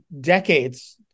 decades